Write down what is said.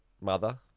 mother